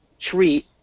treat